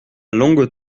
longue